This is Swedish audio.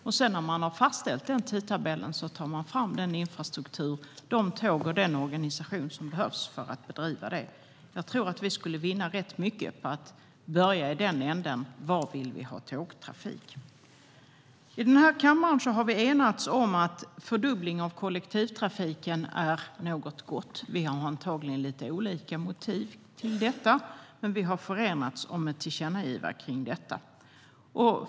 När den tidtabellen är fastställd tar man fram den infrastruktur, de tåg och den organisation som behövs för att nå det målet. Jag tror att vi skulle vinna rätt mycket på att börja i den änden och se var vi vill ha tågtrafik. I den här kammaren har vi enats om att en fördubbling av kollektivtrafiken är något gott, trots att vi antagligen har lite olika motiv för detta. Men vi har enats om ett tillkännagivande i den frågan.